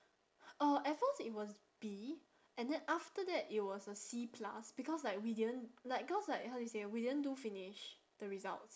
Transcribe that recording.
uh at first it was B and then after that it was a C plus because like we didn't like cause like how do you say we didn't do finish the result~